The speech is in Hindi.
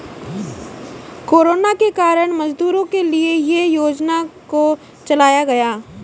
कोरोना के कारण मजदूरों के लिए ये योजना को चलाया गया